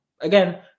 Again